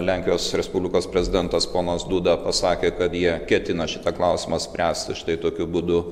lenkijos respublikos prezidentas ponas dūda pasakė kad jie ketina šitą klausimą spręsti štai tokiu būdu